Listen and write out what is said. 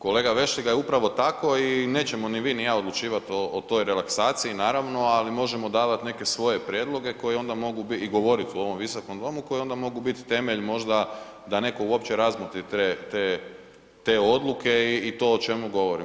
Kolega Vešligaj, upravo tako i nećemo ni vi ni ja odlučivati o toj relaksaciji, naravno, ali možemo davati neke svoje prijedloge koji onda mogu i govoriti u ovom Visokom domu koje onda mogu biti temelj možda da netko uopće razmotri te odluke i to o čemu govorimo.